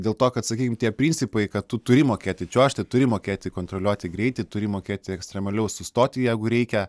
dėl to kad sakykime tie principai kad tu turi mokėti čiuožti turi mokėti kontroliuoti greitį turi mokėti ekstremaliau sustoti jeigu reikia